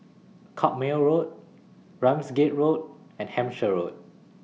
Carpmael Road Ramsgate Road and Hampshire Road